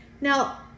Now